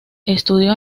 estudió